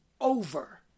over